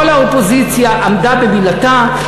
כל האופוזיציה עמדה במילתה.